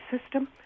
system